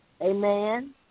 Amen